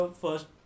first